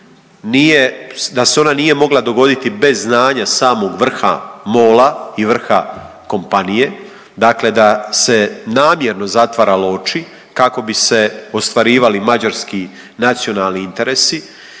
da se ona nije mogla dogoditi bez znanja samog vrha MOL-a i vrha kompanije, dakle da se namjerno zatvaralo oči kako bi se ostvarivali mađarski nacionalni interesi